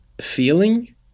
feeling